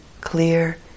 clear